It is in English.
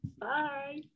Bye